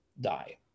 die